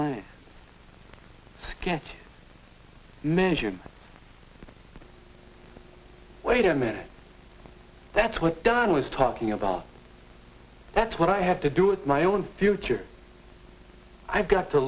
s sketch measured wait a minute that's what don was talking about that's what i have to do with my own future i've got to